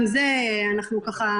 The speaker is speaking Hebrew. זה פשוט לא נכון.